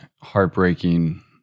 heartbreaking